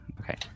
okay